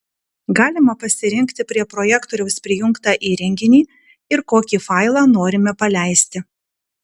galima pasirinkti prie projektoriaus prijungtą įrenginį ir kokį failą norime paleisti